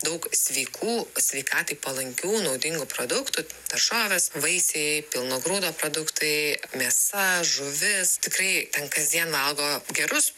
daug sveikų sveikatai palankių naudingų produktų daržovės vaisiai pilno grūdo produktai mėsa žuvis tikrai ten kasdien valgo gerus